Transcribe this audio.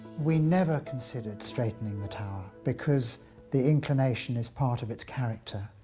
we never considered straightening the tower, because the inclination is part of its character.